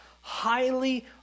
highly